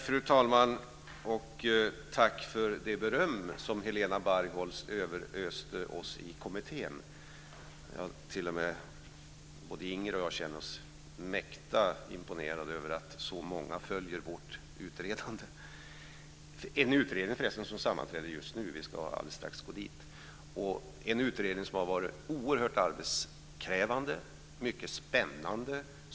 Fru talman! Tack för det beröm som Helena Bargholtz överöste oss i kommittén med! Både Inger och jag känner oss mäkta imponerade över att så många följer vårt utredande. Utredningen sammanträder förresten just nu; vi ska alldeles strax gå dit. Denna utredning har varit oerhört arbetskrävande och mycket spännande.